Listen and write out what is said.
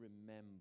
remember